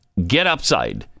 GetUpside